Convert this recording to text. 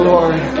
Lord